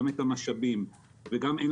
תביא את התוצאה הידועה וגם אתה מאמין